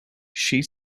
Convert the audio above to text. she